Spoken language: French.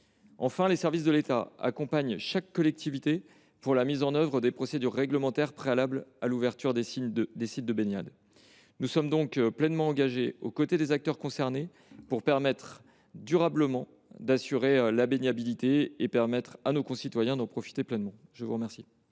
les services de l’État accompagnent chaque collectivité pour la mise en œuvre des procédures réglementaires préalables à l’ouverture des sites de baignade. Nous sommes donc pleinement engagés aux côtés des acteurs concernés pour assurer durablement la baignabilité des eaux et permettre à nos concitoyens d’en profiter pleinement. La parole